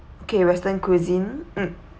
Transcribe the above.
okay western cuisine mm